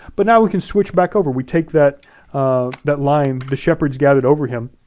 but now we can switch back over. we take that that line, the shepherds gathered over him,